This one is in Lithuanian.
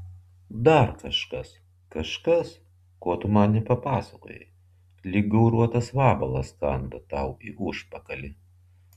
dar kažkas kažkas ko tu man nepapasakojai lyg gauruotas vabalas kanda tau į užpakalį